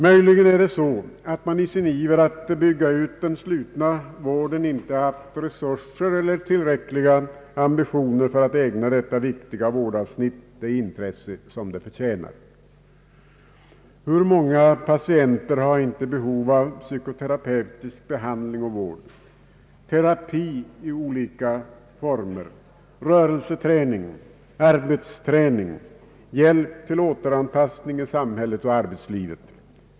Möjligen har man i sin iver att bygga ut den slutna vården inte haft resurser eller tillräckliga ambitioner att ägna detta viktiga vårdavsnitt det intresse som det förtjänar. Hur många patienter har inte behov av psykoterapeutisk behandling och vård, terapi i olika former, rörelseoch arbetsträning, hjälp till återanpassning i samhället och arbetslivet?